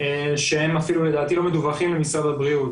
שהם אפילו לדעתי לא מדווחים למשרד הבריאות.